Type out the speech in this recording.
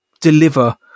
deliver